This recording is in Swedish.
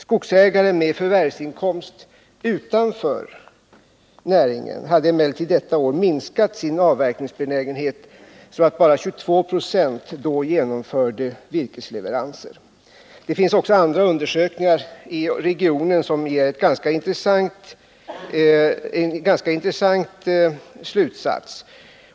Skogsägare med förvärvsinkomst utanför näringen hade emellertid detta år minskat sin avverkningsbenägenhet, så att bara 2296 då genomförde virkesleveranser. Det finns också andra undersökningar i regionen med ganska intressanta resultat.